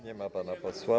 Nie ma pana posła.